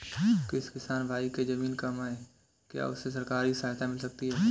जिस किसान भाई के ज़मीन कम है क्या उसे सरकारी सहायता मिल सकती है?